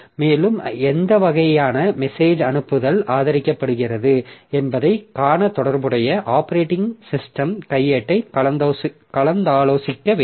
மேலும் எந்த வகையான மெசேஜ் அனுப்புதல் ஆதரிக்கப்படுகிறது என்பதைக் காண தொடர்புடைய ஆப்பரேட்டிங் சிஸ்டம் கையேட்டைக் கலந்தாலோசிக்க வேண்டும்